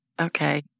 okay